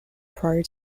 prior